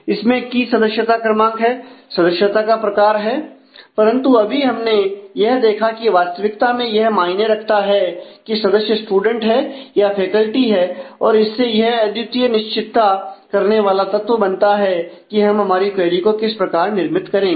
इसमें की सदस्यता क्रमांक है सदस्यता का प्रकार है परंतु अभी हमने यह देखा कि वास्तविकता में यह मायने रखता है कि सदस्य स्टूडेंट है या फैकल्टी है और इससे यह अद्वितीय निश्चिता करने वाला तत्व बनता है कि हम हमारी क्वेरी को किस प्रकार निर्मित करेंगे